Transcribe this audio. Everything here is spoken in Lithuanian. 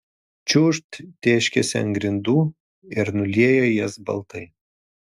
čiūžt tėškiasi ant grindų ir nulieja jas baltai